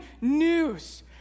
news